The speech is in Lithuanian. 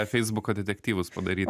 feisbuko detektyvus padaryt